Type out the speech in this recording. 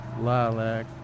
lilac